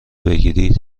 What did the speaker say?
بگیرید